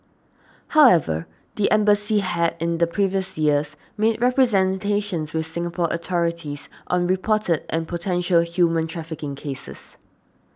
however the embassy had in the previous years made representations with Singapore authorities on reported and potential human trafficking cases